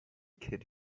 kid